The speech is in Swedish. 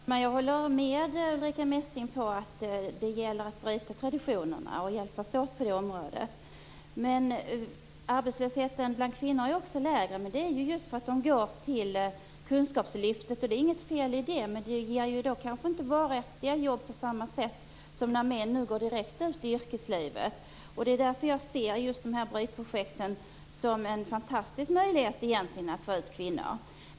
Herr talman! Jag håller med Ulrica Messing om att det gäller att hjälpas åt med att bryta traditionerna. Arbetslösheten bland kvinnor är lägre, men det beror just på att de går till kunskapslyftet. Det är inget fel i det, men det ger ju kanske inte varaktiga jobb på samma sätt som för män som går direkt ut i yrkeslivet. Det är därför som jag ser just brytprojekten som en fantastisk möjlighet för att få ut kvinnor på arbetsmarknaden.